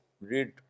read